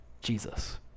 Jesus